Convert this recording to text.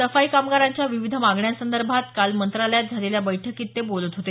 सफाई कामगारांच्या विविध मागण्यांसंदर्भात काल मंत्रालयात झालेल्या बैठकीत ते बोलत होते